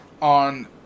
on